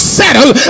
settle